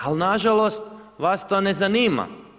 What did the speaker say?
Ali nažalost vas to ne zanima.